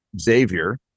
Xavier